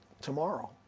tomorrow